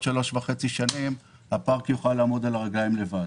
שלוש שנים וחצי הפארק יוכל לעמוד על רגליו לבד.